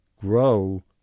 grow